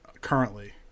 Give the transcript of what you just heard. currently